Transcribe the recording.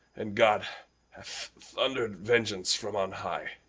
and god hath thunder'd vengeance from on high,